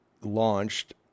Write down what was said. launched